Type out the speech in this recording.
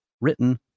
written